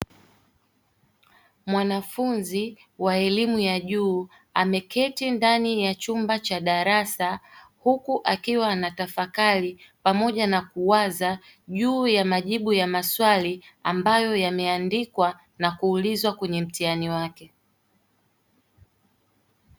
Mwanafunzi wa elimu ya juu ameketi ndani ya chumba cha darasa huku akiwa anatafakari pamoja na kuwaza juu ya majibu ya maswali ambayo yameandikwa na kuulizwa kwenye mtihani wake.